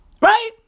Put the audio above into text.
Right